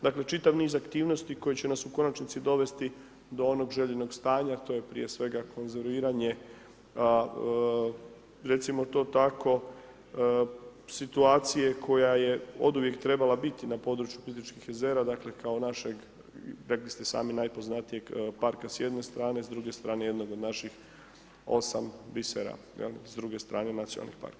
Dakle, čitav niz aktivnosti koji će nas u konačnici dovesti do onog željenog stanja a to je prije svega konzerviranje, recimo to tako, situacije koja je oduvijek trebala biti na području Plitvičkih jezera, dakle kao našeg, rekli ste i sami najpoznatijeg parka s jedne strane, s druge strane jednog od naših 8 bisera, s druge strane nacionalnih parkova.